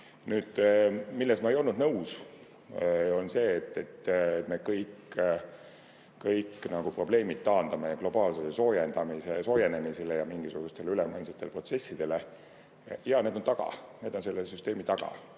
Nüüd, millega ma ei ole nõus, on see, et me kõik probleemid taandame globaalsele soojenemisele ja mingisugustele ülemaailmsetele protsessidele. Jaa, need on taga, need on selle süsteemi taga,